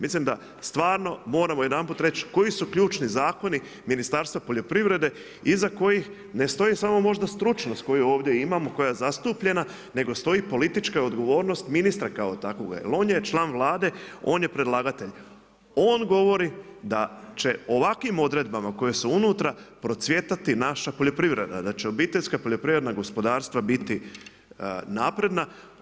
Mislim da stvarno moramo jedanput reći koji su ključni zakoni Ministarstva poljoprivrede iza kojih ne stoji samo možda stručnost koju ovdje imamo, koja je zastupljena nego stoji politička odgovornost ministra kao takvoga, jer on je član Vlade, on je predlagatelj, on govori da će ovakvim odredbama koje su unutra procvjetati naša poljoprivreda, da će obiteljska poljoprivredna gospodarstva biti napredna.